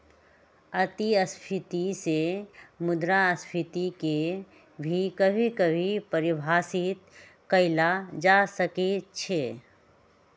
अतिस्फीती से मुद्रास्फीती के भी कभी कभी परिभाषित कइल जा सकई छ